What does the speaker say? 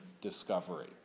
discovery